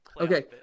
Okay